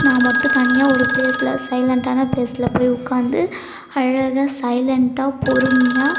நான் மட்டும் தனியாக ஒரு ப்ளேஸில் சைலண்ட்டான ப்லேஸில் போய் உட்கார்ந்து அழகாக சைலண்ட்டாக பொறுமையாக